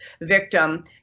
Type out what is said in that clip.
victim